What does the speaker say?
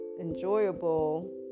enjoyable